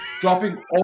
dropping